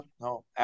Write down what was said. No